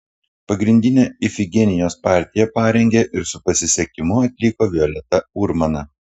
pagrindinę ifigenijos partiją parengė ir su pasisekimu atliko violeta urmana